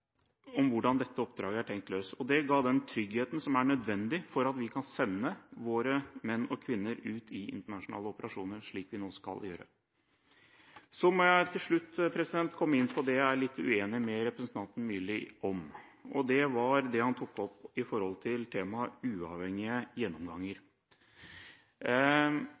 om hvordan dette oppdraget er tenkt løst. Det ga den tryggheten som er nødvendig for at vi kan sende våre menn og kvinner ut i internasjonale operasjoner, slik vi nå skal. Så må jeg til slutt komme inn på det jeg er litt uenig med representanten Myrli i, nemlig det han tok opp om temaet uavhengige gjennomganger.